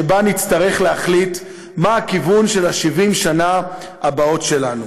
שבה נצטרך להחליט מה הכיוון של 70 השנה הבאות שלנו.